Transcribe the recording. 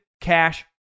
cash